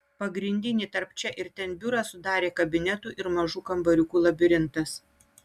pagrindinį tarp čia ir ten biurą sudarė kabinetų ir mažų kambariukų labirintas